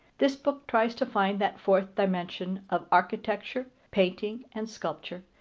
this book tries to find that fourth dimension of architecture, painting, and sculpture,